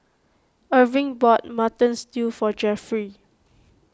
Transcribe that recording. Erving bought Mutton Dtew for Jeffry